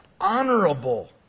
honorable